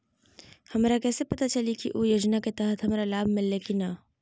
हमरा कैसे पता चली की उ योजना के तहत हमरा लाभ मिल्ले की न?